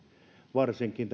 varsinkin